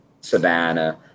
Savannah